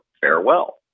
farewell